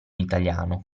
italiano